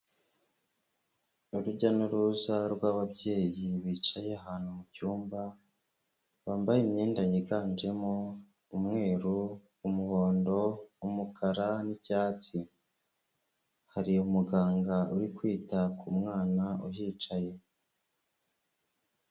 Urujya n'uruza rw'ababyeyi bicaye ahantu mu cyumba, bambaye imyenda yiganjemo umweru, umuhondo, umukara n'icyatsi. Hari umuganga uri kwita ku mwana uhicaye.